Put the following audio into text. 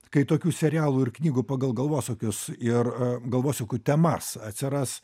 kai tokių serialų ir knygų pagal galvosūkius ir a galvosūkių temas atsiras